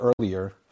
earlier